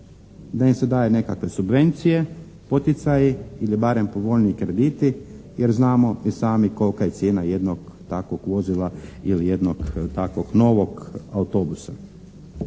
da im se daju nekakve subvencije, poticaji ili barem povoljniji krediti jer znamo i sami kolika je cijena jednog takvog vozila ili jednog takvog novog autobusa.